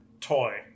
toy